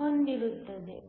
ಹೊಂದಿರುತ್ತದೆ